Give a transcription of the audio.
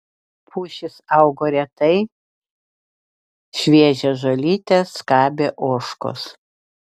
pušys augo retai šviežią žolytę skabė ožkos